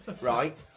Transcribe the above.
right